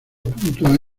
puntos